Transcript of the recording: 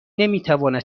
نمیتواند